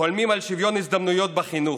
חולמים על שוויון הזדמנויות בחינוך,